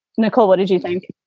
nicole, what did you think?